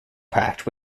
packed